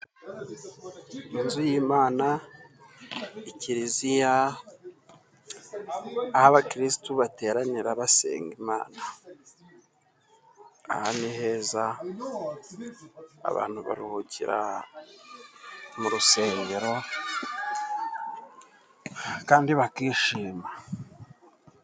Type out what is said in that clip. Inzu y'Imana, ni Kiliziya, aho abakirisitu bateranira basenga Imana. Aha ni heza abantu baruhukira mu rusengero kandi bakishima.